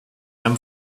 them